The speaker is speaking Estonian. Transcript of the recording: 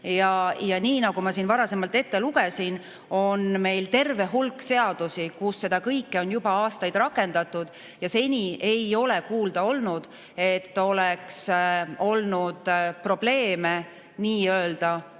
Nii nagu ma siin varasemalt ette lugesin, on meil terve hulk seadusi, mille järgi seda kõike on juba aastaid rakendatud, ja seni ei ole kuulda olnud, et oleks olnud probleeme nii-öelda